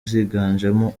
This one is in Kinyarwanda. ziganjemo